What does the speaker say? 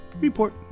Report